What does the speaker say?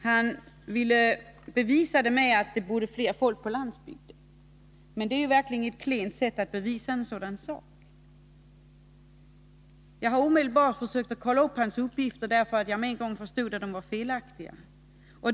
Han bevisade detta med att det numera bor mer folk på landet. Det är verkligen ett klent bevis för ett sådant påstående. Jag försökte omedelbart kontrollera hans uppgifter, för jag förstod med en gång att de var felaktiga.